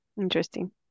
Interesting